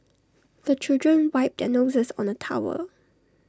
the children wipe their noses on the towel